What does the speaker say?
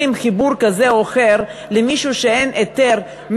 חיבור כזה או אחר למישהו שאין לו היתר,